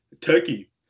turkey